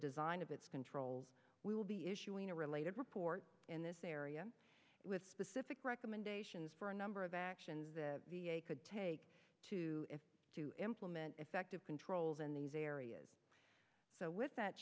design of its controls we will be issuing a related report in this area with specific recommendations for a number of actions it could take to implement effective controls in these areas so with that